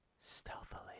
stealthily